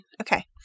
Okay